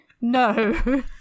no